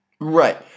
Right